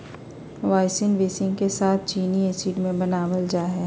wine बेसींग के साथ चीनी एसिड से बनाबल जा हइ